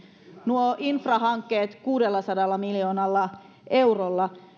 nuo infrahankkeet kuudellasadalla miljoonalla eurolla